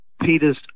Peter's